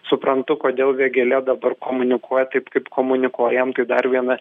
suprantu kodėl vėgėlė dabar komunikuoja taip kaip komunikuoja jam tai dar viena